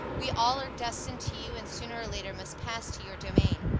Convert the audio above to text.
we all are destined to you and sooner or later must pass to your domain.